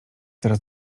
teraz